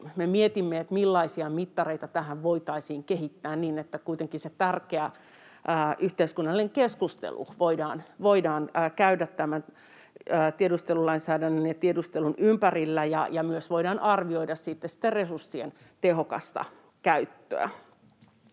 mietimme, millaisia mittareita tähän voitaisiin kehittää niin, että kuitenkin se tärkeä yhteiskunnallinen keskustelu voidaan käydä tämän tiedustelulainsäädännön ja tiedustelun ympärillä ja voidaan myös arvioida resurssien tehokasta käyttöä.